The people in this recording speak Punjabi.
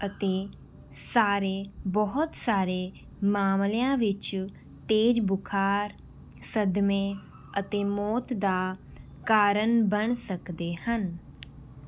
ਅਤੇ ਸਾਰੇ ਬਹੁਤ ਸਾਰੇ ਮਾਮਲਿਆਂ ਵਿੱਚ ਤੇਜ਼ ਬੁਖਾਰ ਸਦਮੇ ਅਤੇ ਮੌਤ ਦਾ ਕਾਰਨ ਬਣ ਸਕਦੇ ਹਨ